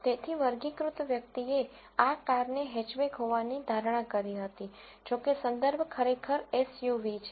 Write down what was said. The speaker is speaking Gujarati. તેથી વર્ગીકૃત વ્યક્તિએ આ કારને હેચબેક હોવાની ધારણા કરી હતી જો કે સંદર્ભ ખરેખર એસયુવી છે